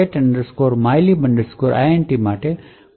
માટે કોડ ખૂબ જુદો લાગે છે